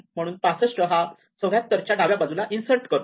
म्हणून आपण 65 हा 74 च्या डाव्या बाजूला इन्सर्ट करतो